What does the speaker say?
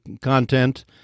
content